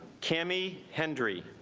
cammi henry